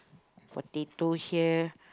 potato here